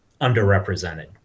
underrepresented